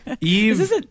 Eve